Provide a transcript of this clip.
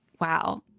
Wow